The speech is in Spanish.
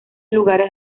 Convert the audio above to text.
lugares